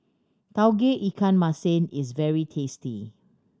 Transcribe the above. Tauge Ikan Masin is very tasty